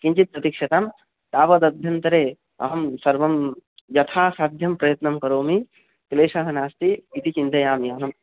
किञ्चित् प्रतीक्ष्यतां तावदभ्यन्तरे अहं सर्वं यथासाध्यं प्रयत्नं करोमि क्लेशः नास्ति इति चिन्तयामि अहम्